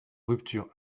rupture